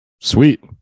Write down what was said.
sweet